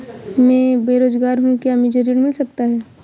मैं बेरोजगार हूँ क्या मुझे ऋण मिल सकता है?